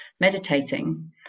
meditating